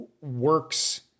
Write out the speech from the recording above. works